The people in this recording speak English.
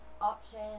Option